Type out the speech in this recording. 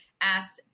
asked